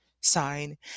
sign